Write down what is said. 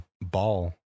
Ball